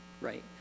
right